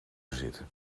zitten